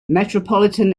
metropolitan